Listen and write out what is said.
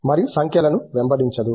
మరియు సంఖ్యలను వెంబడించదు